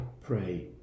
Pray